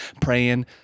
praying